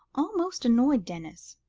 almost annoyed, denis.